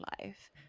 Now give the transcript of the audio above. life